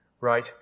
right